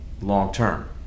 long-term